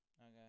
Okay